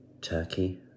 turkey